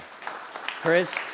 Chris